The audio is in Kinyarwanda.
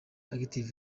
active